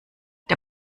der